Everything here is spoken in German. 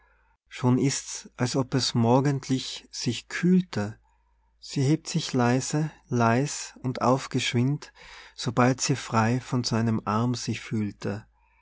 schon ist's als ob es morgendlich sich kühlte sie hebt sich leise leis und auf geschwind sobald sie frei von seinem arm sich fühlte